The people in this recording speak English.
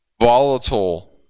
volatile